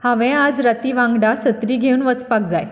हांवे आज रती वांगडा सत्री घेवन वचपाक जाय